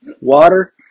Water